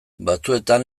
batzuetan